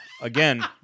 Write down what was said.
again